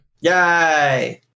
Yay